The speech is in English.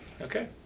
Okay